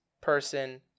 person